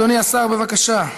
אדוני השר, בבקשה.